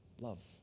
love